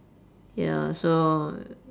ya so